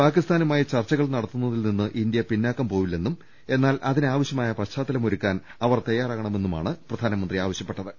പാകിസ്ഥാനുമായി ചർച്ചുകൾ നടത്തുന്നതിൽനിന്ന് ഇന്ത്യ പിന്നോക്കം പോകില്ലെന്നും എന്നാൽ അതിനാവശ്യമായ പശ്ചാത്തലം ഒരുക്കാൻ അവർ തയ്യാറാകണമെന്നുമാണ് പ്രധാനമന്ത്രി ആവശ്യപ്പെട്ടത്